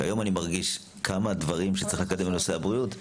היום אני מרגיש כמה דברים צריך לקדם בנושא הבריאות,